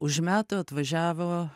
už metų atvažiavo